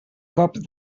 cop